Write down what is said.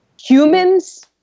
humans